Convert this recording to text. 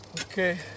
Okay